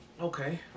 okay